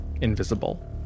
invisible